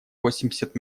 восемьдесят